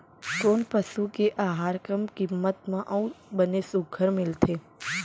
कोन पसु के आहार कम किम्मत म अऊ बने सुघ्घर मिलथे?